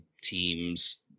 teams